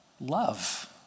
Love